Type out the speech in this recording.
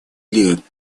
лет